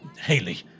Haley